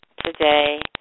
today